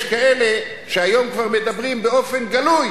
יש כאלה שהיום כבר מדברים באופן גלוי